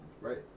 Right